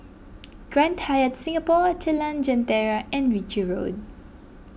Grand Hyatt Singapore Jalan Jentera and Ritchie Road